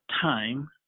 time